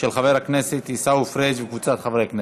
של חבר הכנסת עיסאווי פריג' וקבוצת חברי הכנסת.